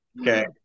Okay